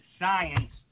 science